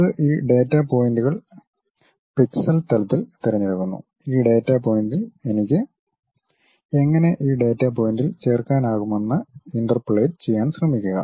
ഇത് ഈ ഡാറ്റ പോയിന്റുകൾ പിക്സൽ തലത്തിൽ തിരഞ്ഞെടുക്കുന്നു ഈ ഡാറ്റാ പോയിന്റിൽ എനിക്ക് എങ്ങനെ ഈ ഡാറ്റാ പോയിന്റിൽ ചേർക്കാനകുമെന്ന് ഇൻ്റർപൊലേറ്റ് ചെയ്യാൻ ശ്രമിക്കുക